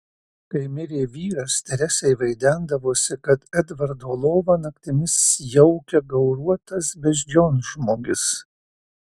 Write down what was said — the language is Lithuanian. kai mirė vyras teresei vaidendavosi kad edvardo lovą naktimis jaukia gauruotas beždžionžmogis